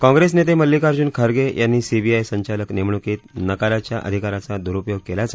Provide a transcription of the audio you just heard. काँग्रेस नेते मल्लिकार्जून खर्गे यांनी सीबीआय संचालक नेमणुकीत नकाराच्या अधिकाराचा दुरुपयोग केल्याचा